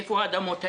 איפה האדמות האלה,